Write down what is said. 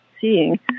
seeing